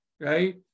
right